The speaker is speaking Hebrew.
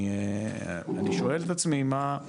אני שואל את עצמי מה?